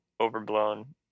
overblown